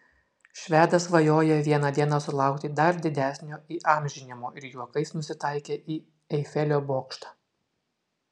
švedas svajoja vieną dieną sulaukti dar didesnio įamžinimo ir juokais nusitaikė į eifelio bokštą